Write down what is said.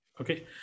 Okay